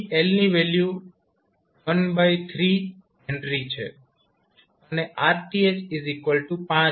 અહીં L ની value ⅓ H છે અને RTh5 છે